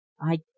I